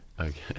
Okay